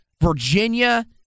Virginia